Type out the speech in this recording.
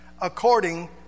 according